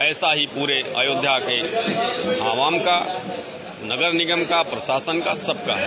ऐसा ही पूरे अयोध्या में आवाम का नगर निगम का प्रशासन सबका है